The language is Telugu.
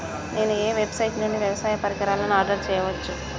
నేను ఏ వెబ్సైట్ నుండి వ్యవసాయ పరికరాలను ఆర్డర్ చేయవచ్చు?